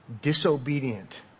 disobedient